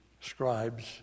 scribes